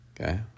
okay